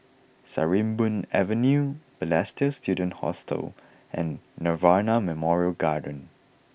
Sarimbun Avenue Balestier Student Hostel and Nirvana Memorial Garden